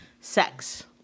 Sex